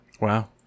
Wow